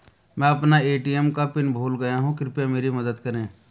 मैं अपना ए.टी.एम का पिन भूल गया हूं, कृपया मेरी मदद करें